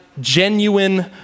genuine